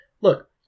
look